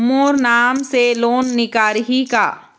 मोर नाम से लोन निकारिही का?